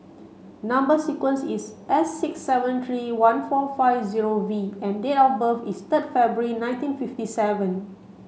number sequence is S six seven three one four five zero V and date of birth is third February nineteen fifty seven